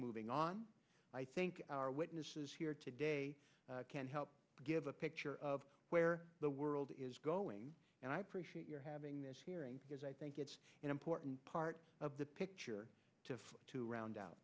moving on i think our witnesses here today can help give a picture of where the world is going and i appreciate your having this hearing is i think it's an important part of the picture to round out